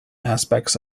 aspects